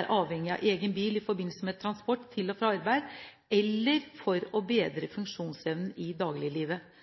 er avhengig av egen bil i forbindelse med transport til og fra arbeid eller for å bedre funksjonsevnen i dagliglivet.